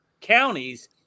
counties